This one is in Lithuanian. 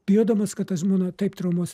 bijodamas kad tą žmoną taip traumuos